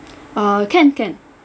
uh can can